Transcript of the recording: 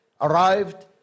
arrived